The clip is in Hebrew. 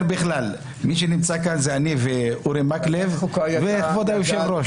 מי שנמצא כאן זה אני ואורי מקלב וכבוד היושב ראש.